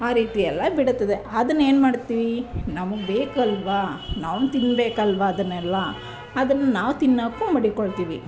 ಆ ರೀತಿಯೆಲ್ಲ ಬಿಡುತ್ತದೆ ಅದನ್ನ ಏನು ಮಾಡ್ತೀವಿ ನಮ್ಗೆ ಬೇಕಲ್ವ ನಾವು ತಿನ್ಬೇಕಲ್ವ ಅದನ್ನೆಲ್ಲ ಅದನ್ನು ನಾವು ತಿನ್ನೋಕ್ಕೂ ಮಡಿಕೊಳ್ತೀವಿ